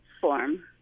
form